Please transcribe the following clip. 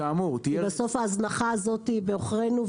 בסוף ההזנחה הזאת היא בעוכרנו,